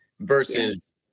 versus